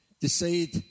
Decide